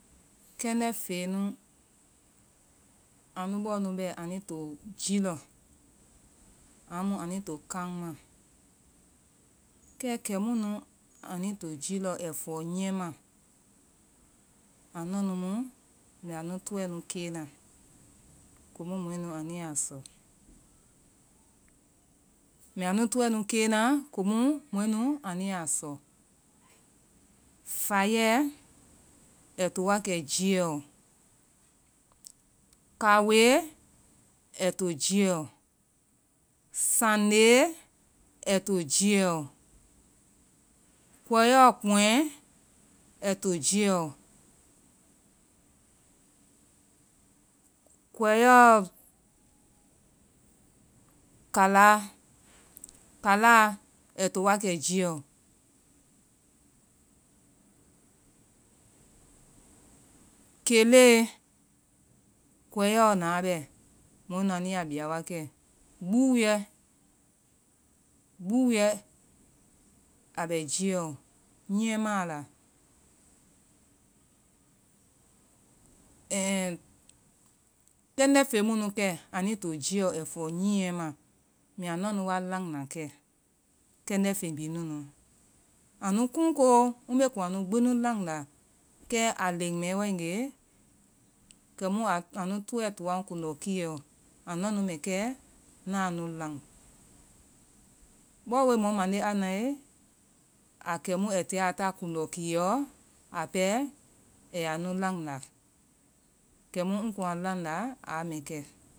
Kɛndɛ feyɛ nu bɔɔ nu to jiɛ iɔ amu anu bɔɔ nui to kamara. Kɛ kɛmu nu anui to ji yɛ iɔ ai fɔɔ nyiye ma, anua nu mu mbɛ anu tɔɛ nu keena komu mɔɛ nu anuyaa sɔ. mbɛ anu tɔɛ nu keena komu mɔɛ nu anuya sɔ, faiyɛ, ai to wa kɛ jiyɛɔ, kaawoe, ai to jiiyɔɔ, sandee, ai to jiyɛɔ kɔi iɔ kpɔŋɛ, ai to jiyɛɔ; kɔɨyɛ iɔ kalaa kalaa ai to wa kɛ jllyɛɔ keeɛe, kɔiyɛ ɔ naa bɛ, mɔɛ nu anui yaa biya wa kɛ, gbuuyɛ gbuuyɛ, a bɛ jlyɛɔ, nyiyɛ maa la. ɛɛɛ kɛndɛ fey munu kɛ anui to jiiɔ ai fɔɔ nylyɛ ma. mbɛa nua nu wa lanna kɛ kendɛ fey bihi nunu anu kun koo, mbe kun anu gbi landa, kɛ a len mɛɛ waegee, kɛmu anu tɔɛ toa ŋ kundɔ kllyɛɔ anua nu mɛ kɛ ŋaa nu lan bɔɔ woi mɔ mande a i nae, a kɛmu ai tia a ta kundɔ kllyɛ iɔ pɛɛ ai yaa nu landa kɛmu ŋ kun a landa, aa mɛ kɛ.